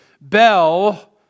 Bell